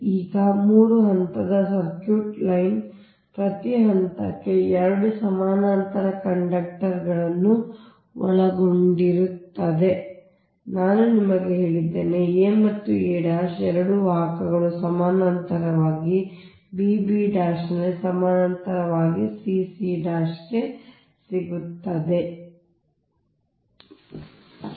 ಈಗ 3 ಹಂತದ double circuit line ಪ್ರತಿ ಹಂತಕ್ಕೆ 2 ಸಮಾನಾಂತರ ಕಂಡಕ್ಟರ್ಗಳನ್ನು ಒಳಗೊಂಡಿರುತ್ತದೆ ನಾನು ನಿಮಗೆ ಹೇಳಿದ್ದೇನೆ a ಮತ್ತು a 2 ವಾಹಕಗಳು ಸಮಾನಾಂತರವಾಗಿ b b ನಲ್ಲಿ ಸಮಾನಾಂತರವಾಗಿ c ಮತ್ತು c ಗೆ